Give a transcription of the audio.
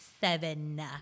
Seven